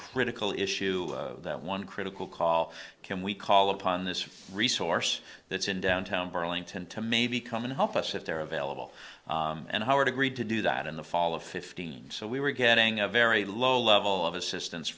critical issue that one critical call can we call upon this resource that's in downtown burlington to maybe come and help us if they're available and howard agreed to do that in the fall of fifteen so we were getting a very low level of assistance